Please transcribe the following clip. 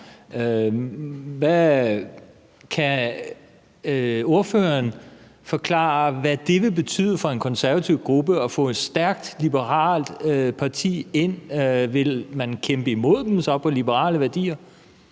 EU. Kan ordføreren forklare, hvad det vil betyde for en konservativ gruppe at få et stærkt liberalt parti ind? Vil man så kæmpe imod dem på liberale værdier?